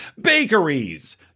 Bakeries